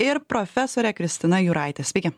ir profesorė kristina juraitė sveiki